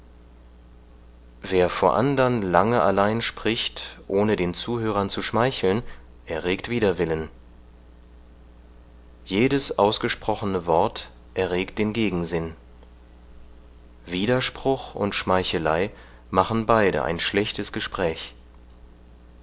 wer vor andern lange allein spricht ohne den zuhörern zu schmeicheln erregt widerwillen jedes ausgesprochene wort erregt den gegensinn widerspruch und schmeichelei machen beide ein schlechtes gespräch